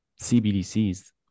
CBDCs